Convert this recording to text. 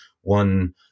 one